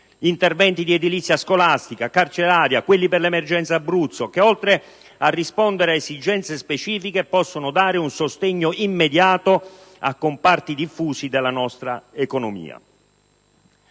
interventi di edilizia scolastica e carceraria e quelli per l'emergenza Abruzzo che, oltre a rispondere ad esigenze specifiche, possono dare un sostegno immediato a comparti diffusi della nostra economia.